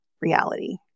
reality